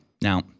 Now